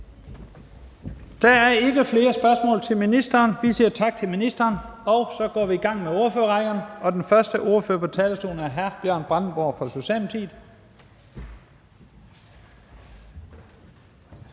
Der er ikke flere spørgsmål til ministeren. Vi siger tak til ministeren. Så går vi i gang med ordførerrækken, og den første ordfører på talerstolen er hr. Bjørn Brandenborg fra Socialdemokratiet.